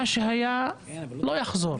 מה שהיה לא יחזור,